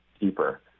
deeper